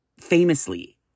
famously